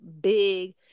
big